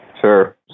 Sure